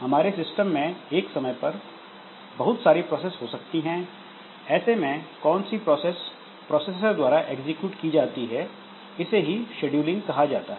हमारे सिस्टम में एक समय पर बहुत सारी प्रोसेस हो सकती हैं ऐसे में कौन सी प्रोसेस प्रोसेसर द्वारा पहले एग्जीक्यूट की जाती है इसे ही शेड्यूलिंग कहा जाता है